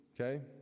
okay